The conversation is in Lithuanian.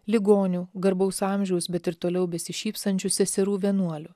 ligonių garbaus amžiaus bet ir toliau besišypsančių seserų vienuolių